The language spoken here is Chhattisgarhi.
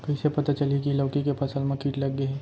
कइसे पता चलही की लौकी के फसल मा किट लग गे हे?